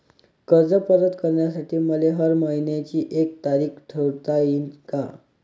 कर्ज परत करासाठी मले हर मइन्याची एक तारीख ठरुता येईन का?